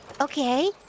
Okay